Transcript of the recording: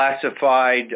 classified